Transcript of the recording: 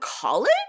college